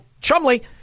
Chumley